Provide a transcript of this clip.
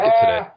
today